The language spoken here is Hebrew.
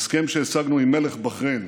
ההסכם שהשגנו עם מלך בחריין